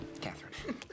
Catherine